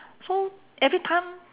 so every time